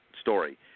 story